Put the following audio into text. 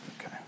Okay